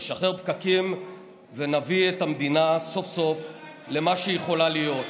נשחרר פקקים ונביא את המדינה סוף-סוף למה שהיא יכולה להיות.